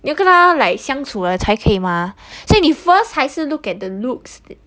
你没有跟她 like 相处了才可以吗所以你 first 还是 look at the looks